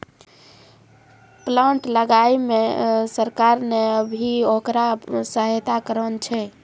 plant लगाय मॅ सरकार नॅ भी होकरा सहायता करनॅ छै